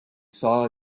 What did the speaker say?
saw